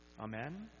Amen